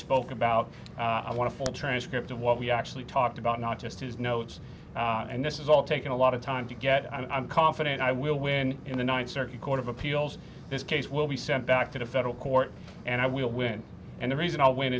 spoke about i want to full transcript of what we actually talked about not just his notes and this is all taking a lot of time to get i'm confident i will win in the ninth circuit court of appeals this case will be sent back to the federal court and i will win and the reason i went